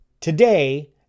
today